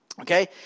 Okay